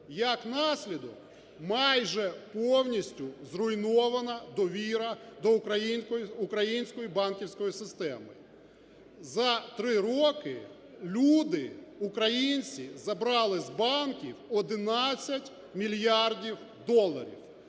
Як наслідок, майже повністю зруйнована довіра до української банківської системи. За три роки люди, українці забрали з банків 11 мільярдів доларів.